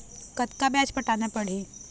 कतका ब्याज पटाना पड़ही?